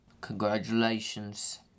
Congratulations